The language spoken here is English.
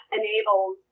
enables